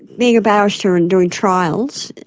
being a barrister and doing trials,